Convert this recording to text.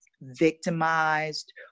victimized